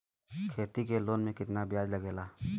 खेती के लोन में कितना ब्याज लगेला?